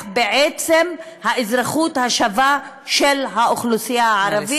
בעצם את האזרחות השווה של האוכלוסייה הערבית,